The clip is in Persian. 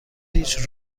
هیچ